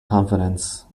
confidence